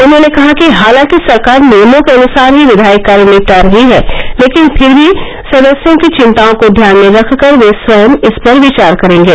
उन्होंने कहा कि हालांकि सरकार नियमों के अनुसार ही विधायी कार्य निपटा रही है लेकिन फिर भी सदस्यों की विंताओं को ध्यान में रखकर वे स्वयं इसपर विचार करेंगे